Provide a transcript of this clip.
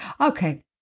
Okay